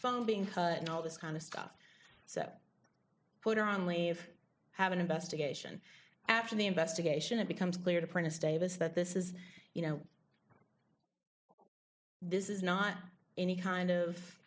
phone being cut and all this kind of stuff so put her on leave have an investigation after the investigation it becomes clear to print a status that this is you know this is not any kind of